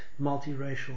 multiracial